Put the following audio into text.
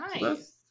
Nice